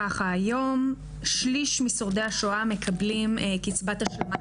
היום שליש משורדי השואה מקבלים קצבת השלמת